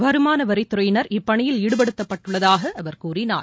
வருமானவரித்துறையினர் இப்பணியில் ஈடுபடுத்தப்பட்டுள்ளதாகஅவர் கூறினார்